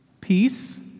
Peace